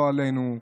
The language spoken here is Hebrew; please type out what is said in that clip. לא עלינו.